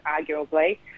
arguably